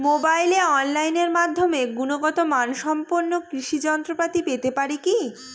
মোবাইলে অনলাইনের মাধ্যমে গুণগত মানসম্পন্ন কৃষি যন্ত্রপাতি পেতে পারি কি?